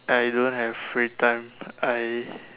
I don't have free time I